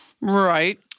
Right